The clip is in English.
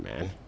man